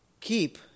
keep